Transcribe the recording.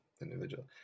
individual